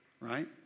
right